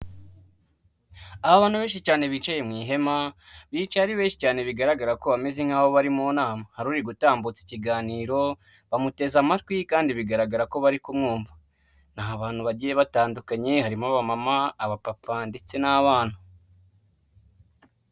Ibicupa binini, amaji ndetse n'ibindi bicuruzwa bigezweho usanga bihenze cyane mu masoko acuruza ibiribwa mu mujyi wa Kigali abantu benshi babigana barinubira igiciro kiri hejuru.